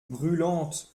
brûlantes